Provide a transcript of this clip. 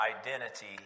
identity